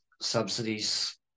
subsidies